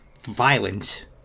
violent